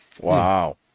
wow